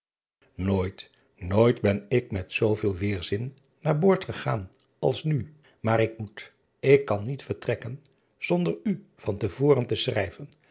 ooit nooit ben ik met zooveel weêrzin naar boord gegaan als nu maar ik moet k kan niet vertrekken zonder u van te voren te schrijven